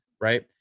right